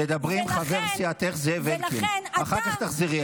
תדברי עם חבר סיעתך זאב אלקין, אחר כך תחזרי אליי.